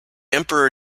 emperor